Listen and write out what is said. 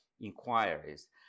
inquiries